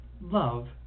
love